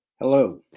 Hello